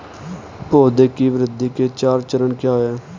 पौधे की वृद्धि के चार चरण क्या हैं?